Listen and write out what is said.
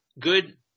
good